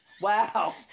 wow